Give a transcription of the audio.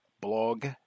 blog